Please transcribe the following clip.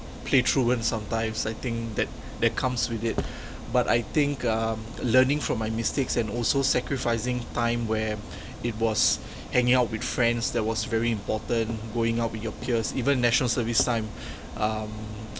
play truant sometimes I think that that comes with it but I think um learning from my mistakes and also sacrificing time where it was hanging out with friends that was very important going out with your peers even national service time um